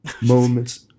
moments